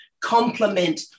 complement